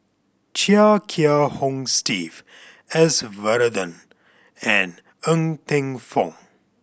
Chia Kiah Hong Steve S Varathan and Ng Teng Fong